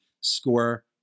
score